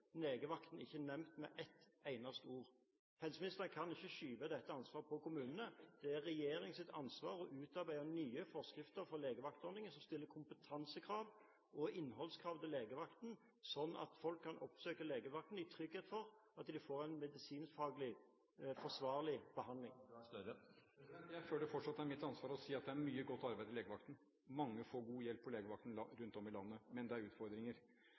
Legevakten er ikke nevnt med ett eneste ord. Helseministeren kan ikke skyve dette ansvaret over på kommunene. Det er regjeringens ansvar å utarbeide nye forskrifter for legevaktordningen som stiller kompetansekrav og innholdskrav til legevakten, slik at folk kan oppsøke legevakten i trygghet for at de vil få en medisinsk-faglig forsvarlig behandling. Jeg føler fortsatt at det er mitt ansvar å si at det er mye godt arbeid som gjøres ved legevakten. Mange får god hjelp på legevakten rundt om i landet. Men det er utfordringer.